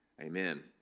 Amen